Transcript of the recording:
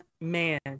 Man